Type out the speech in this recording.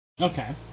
Okay